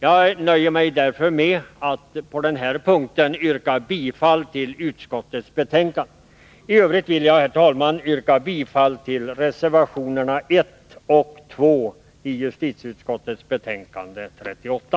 Jag nöjer mig därför med att på den punkten yrka bifall till utskottets hemställan. I övrigt vill jag, herr talman, yrka bifall till reservationerna 1 och 2 vid justitieutskottets betänkande 38.